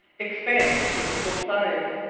expands to its full size.